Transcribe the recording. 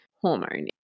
hormone